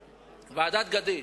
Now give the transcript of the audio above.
ועדת-גדיש.